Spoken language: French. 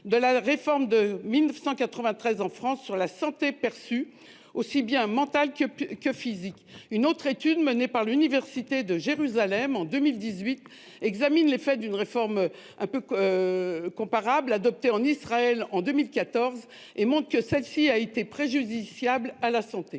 de la réforme de 1993, en France, sur la santé perçue- aussi bien mentale que physique. Une autre étude, menée par l'université de Jérusalem en 2018, a examiné l'effet d'une réforme comparable, adoptée en Israël en 2014, et montré que celle-ci avait été préjudiciable à la santé.